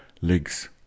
legs